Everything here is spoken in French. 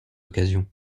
occasion